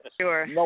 sure